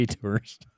tours